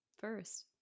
first